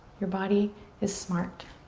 your body is smart.